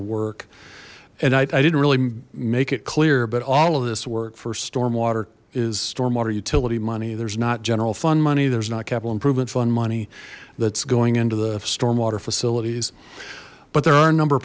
of work and i didn't really make it clear but all of this work for storm water is storm water utility money there's not general fund money there's not capital improvement fund money that's going into the stormwater facilities but there are a number of